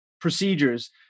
Procedures